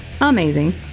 amazing